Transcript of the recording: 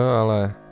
ale